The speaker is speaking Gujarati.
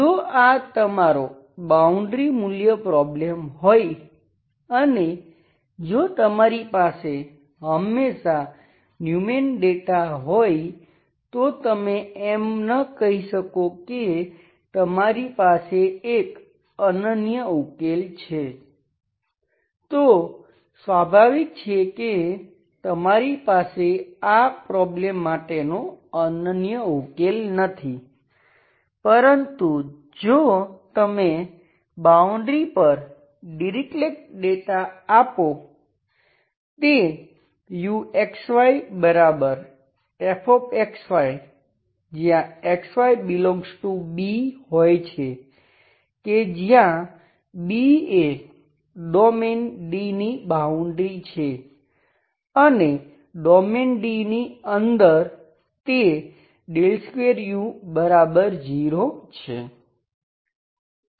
જો આ તમારો બાઉન્ડ્રી મૂલ્ય પ્રોબ્લેમ હોય અને જો તમારી પાસે હમેશાં ન્યુમેન ડેટા હોય તો તમે એમ ન કહી શકો કે તમારી પાસે એક અનન્ય ઉકેલ આપો તે uxyfxy xyBહોય છે કે જ્યાં B એ ડોમેઈન D ની બાઉન્ડ્રી છે અને ડોમેઈન D ની અંદર તે 2u0 છે